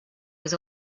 was